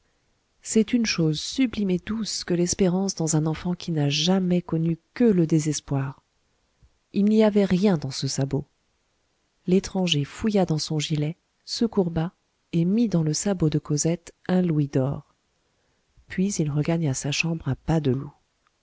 c'est une chose sublime et douce que l'espérance dans un enfant qui n'a jamais connu que le désespoir il n'y avait rien dans ce sabot l'étranger fouilla dans son gilet se courba et mit dans le sabot de cosette un louis d'or puis il regagna sa chambre à pas de loup